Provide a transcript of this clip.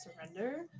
surrender